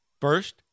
First